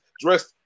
dressed